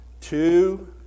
two